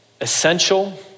essential